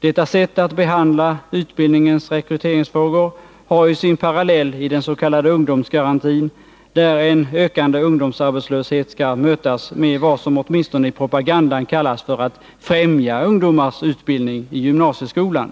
Detta sätt att behandla utbildningens rekryteringsfrågor har — ning ju sin parallell i den s.k. ungdomsgarantin, där en ökande ungdomsarbetslöshet skall mötas med vad som åtminstone i propagandan kallas för att ”främja ungdomars utbildning i gymnasieskolan”.